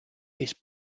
this